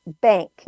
bank